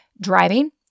driving